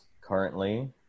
currently